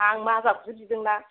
आं माजाखौसो बिदोंना